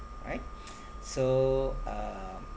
right so um